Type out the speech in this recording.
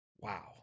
Wow